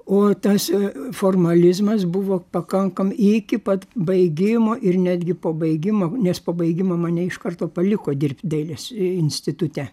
o tas formalizmas buvo pakankam iki pat baigimo ir netgi po baigimo nes po baigimo mane iš karto paliko dirbt dailės institute